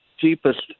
cheapest